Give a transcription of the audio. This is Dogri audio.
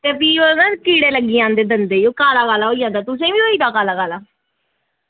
ते भी ओह्दे कीड़े लग्गी जंदे दंदें ई ते काला काला होई जंदा तुसेंगी गी बी होई जंदा ऐसा